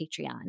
patreon